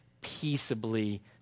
peaceably